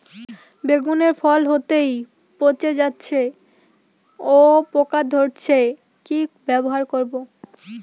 বেগুনের ফল হতেই পচে যাচ্ছে ও পোকা ধরছে কি ব্যবহার করব?